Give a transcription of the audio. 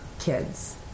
kids